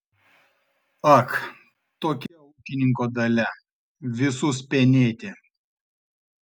ak tokia ūkininko dalia visus penėti